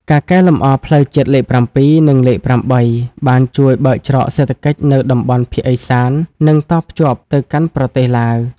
ការកែលម្អផ្លូវជាតិលេខ៧ និងលេខ៨ បានជួយបើកច្រកសេដ្ឋកិច្ចនៅតំបន់ភាគឦសាន និងតភ្ជាប់ទៅកាន់ប្រទេសឡាវ។